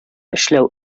эшләү